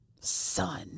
son